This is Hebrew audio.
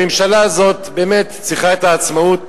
הממשלה הזאת באמת צריכה את העצמאות